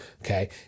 okay